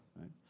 right